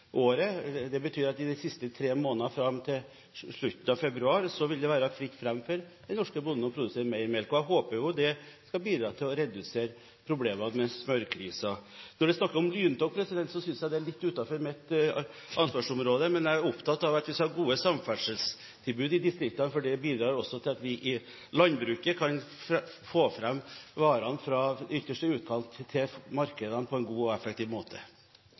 den norske bonden å produsere mer melk. Jeg håper at det skal bidra til å redusere problemene med smørkrisen. Når det er snakk om lyntog, synes jeg det er litt utenfor mitt ansvarsområde, men jeg er opptatt av at vi skal ha gode samferdselstilbud i distriktene, for det bidrar også til at vi i landbruket kan få fram varene fra den ytterste utkant til markedene på en god og effektiv måte.